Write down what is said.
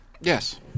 Yes